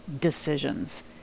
decisions